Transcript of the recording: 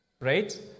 Right